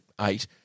eight